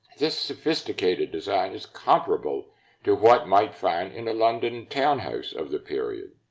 this sophisticated design is comparable to what might find in a london townhouse of the period.